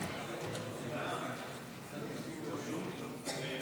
לחלופין ב לא נתקבלה.